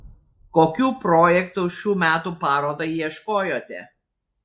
kokių projektų šių metų parodai ieškojote